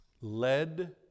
led